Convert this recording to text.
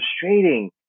frustrating